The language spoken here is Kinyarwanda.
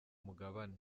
mugabane